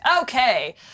Okay